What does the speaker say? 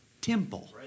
temple